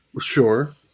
Sure